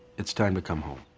it's time to come home.